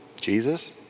Jesus